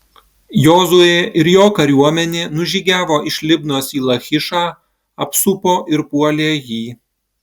jozuė ir jo kariuomenė nužygiavo iš libnos į lachišą apsupo ir puolė jį